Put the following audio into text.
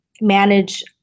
manage